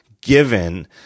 given